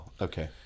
Okay